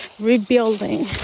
rebuilding